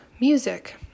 music